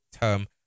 term